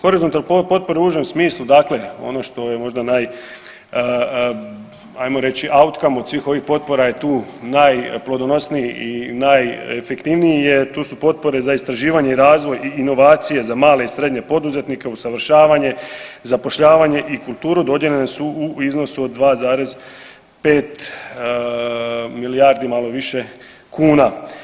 Horizontalne potpore u užem smislu dakle ono što je možda naj ajmo reći out came od svih ovih potpora je tu najplodonosniji i najefektivniji je to su potpore za istraživanje i razvoj i inovacije za male i srednje poduzetnike, usavršavanje i kulturu dodijeljene su u iznosu od 2,5 milijardi malo više kuna.